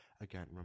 again